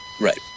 Right